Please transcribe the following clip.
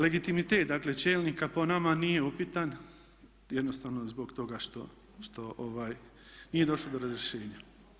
Legitimitet dakle čelnika po nama nije upitan jednostavno zbog toga što nije došlo do razrješenja.